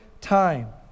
time